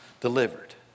delivered